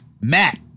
Matt